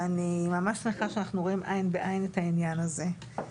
ואני ממש שמחה שאנחנו רואים עין בעין את העניין הזה.